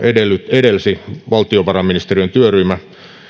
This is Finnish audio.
edelsi valtiovarainministeriön työryhmä